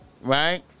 right